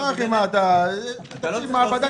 הרי יש מעבדת